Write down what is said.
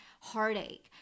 heartache